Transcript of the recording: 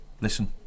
listen